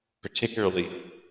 particularly